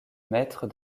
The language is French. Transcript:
maître